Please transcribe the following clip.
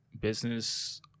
business